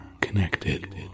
connected